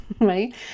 right